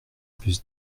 plus